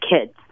kids